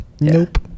Nope